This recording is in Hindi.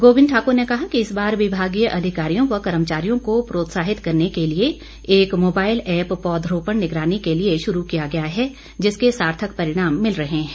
गोंबिंद ठाकुर ने कहा कि इस बार विभागीय अधिकारियों व कर्मचारियों को प्रौत्साहित करने के लिए एक मोबाईल ऐप्प पौध रोपण निगरानी के लिए शुरू किया गया है जिसके सार्थक परिणाम मिल रहे हैं